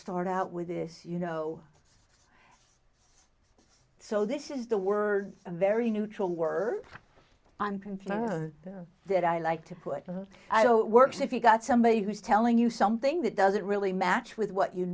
start out with this you know so this is the word a very neutral word on conflict that i like to put on it works if you've got somebody who's telling you something that doesn't really match with what you